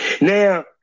now